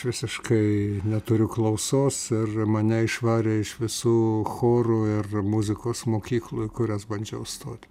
visiškai neturiu klausos ir mane išvarė iš visų chorų ir muzikos mokyklų į kurias bandžiau stot